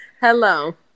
Hello